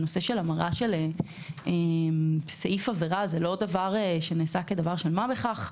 נושא של המרת סעיף עבירה הוא לא דבר שנעשה כדבר של מה בכך.